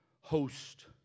host